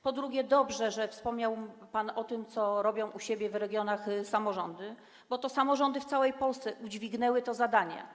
Po drugie, dobrze, że wspomniał pan o tym, co robią u siebie w regionach samorządy, bo to samorządy w całej Polsce udźwignęły to zadanie.